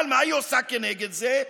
אבל מה היא עושה כנגד זה?